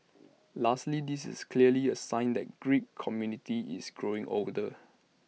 lastly this is clearly A sign that geek community is growing older